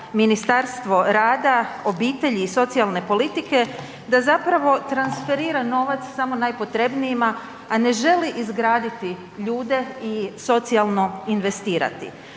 Ministarstvo rada, obitelji i socijalne politike, da zapravo transferira novac samo najpotrebnijima, a ne želi izgraditi ljude i socijalno investirati.